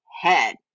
head